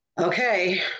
Okay